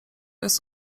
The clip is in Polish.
jest